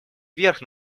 вверх